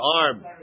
arm